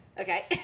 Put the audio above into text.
okay